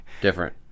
Different